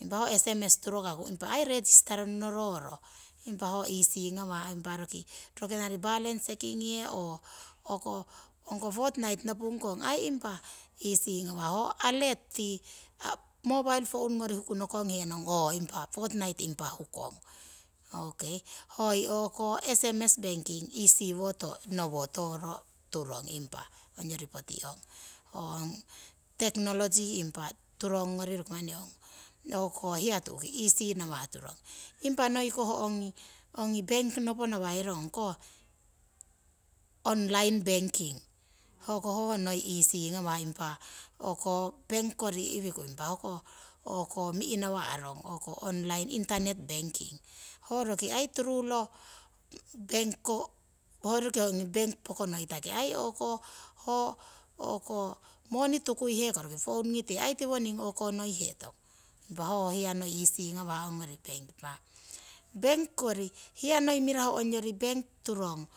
impa ho sms turongaku impa resistering ngororo ho easy ngawah rekenari balance sekingihe oo hoko potinaiti nopungkoing ai hotongkah nowo ngawah ho alert tii mobile phone ngori huku nokonghe nong ooh potinaiti impa hukong. Okei hoi o'ko sms banking easy woo nowo toro turong impa ongyori poti ong. Ong technology impa turong ngori roki manni ong o'ko hiya tu'ki easy ngawah turong. Impa noiko ongi bank nopo ngawairong ongko online banking, hoko ho noi ho easy ngawah impa o'ko bank kori iwiku impa o'ko mi'nawa'rong online internet banking. impa ong bank pokonoitaki moni tukuihe ko ai roki tiwoning phone kite ngoihetong ho easy ngawah ongyori bank, hiya noi ongyori bank turong